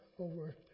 over